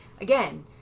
again